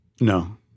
No